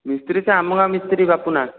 ମିସ୍ତ୍ରୀ ତ ଆମ ଗାଁ ମିସ୍ତ୍ରୀ ବାପୁନା